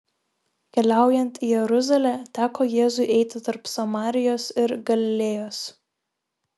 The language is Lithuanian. keliaujant į jeruzalę teko jėzui eiti tarp samarijos ir galilėjos